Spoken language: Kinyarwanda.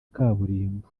kaburimbo